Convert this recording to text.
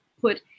put